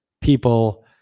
people